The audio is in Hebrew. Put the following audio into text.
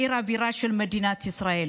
עיר הבירה של מדינת ישראל.